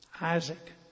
Isaac